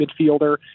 midfielder